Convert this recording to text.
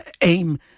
aim